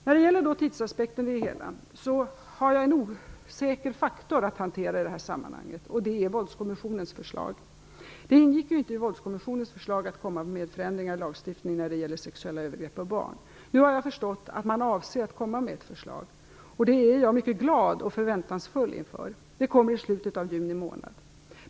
När det gäller tidsaspekten har jag en osäker faktor att hantera i sammanhanget. Det är Våldskommissionens förslag. Det ingick ju inte i Våldskommissionens uppdrag att komma med förslag till förändringar av lagstiftningen när det gäller sexuella övergrepp på barn. Nu har jag förstått att man avser att komma med ett förslag. Jag är mycket glad och förväntansfull inför det. Det kommer i slutet av juni månad.